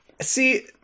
See